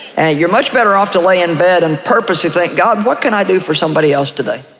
and you're much better off to lay in bed and purposely think, god, what can i do for somebody else today,